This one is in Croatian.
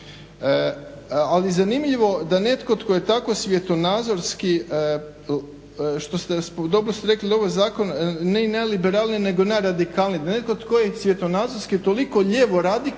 Ali zanimljivo da netko tko je tako svjetonazorski, dobro ste rekli ovaj zakon nije najliberalniji nego najradikalniji, da netko tko je svjetonazorski toliko lijevo radikalan